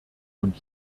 und